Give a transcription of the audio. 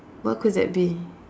what could that be